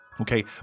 Okay